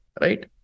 Right